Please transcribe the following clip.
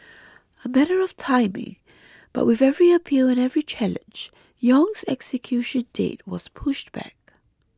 a matter of timing but with every appeal and every challenge Yong's execution date was pushed back